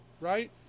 right